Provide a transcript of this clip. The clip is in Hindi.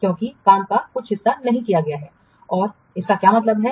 क्योंकि काम का कुछ हिस्सा नहीं किया गया है और इसका क्या मतलब है